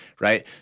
right